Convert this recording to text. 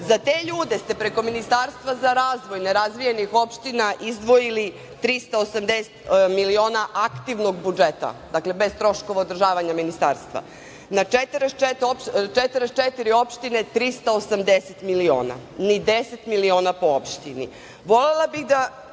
te ljude ste preko Ministarstva za razvoj nerazvijenih opština izdvojili 380 miliona aktivnog budžeta. Dakle, bez troškova održavanja Ministarstva. Na 44 opštine, 380 miliona i 10 miliona po opštini. Volela